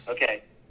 Okay